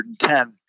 110